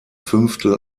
fünftel